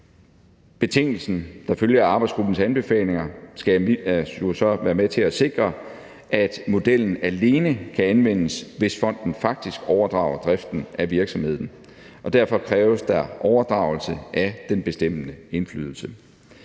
Betingelsen, der følger af arbejdsgruppens anbefalinger, skulle så være med til at sikre, at modellen alene kan anvendes, hvis fonden faktisk overdrager driften af virksomheden, og derfor kræves der overdragelse af den bestemmende indflydelse.